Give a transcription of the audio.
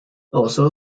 also